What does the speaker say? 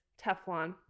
Teflon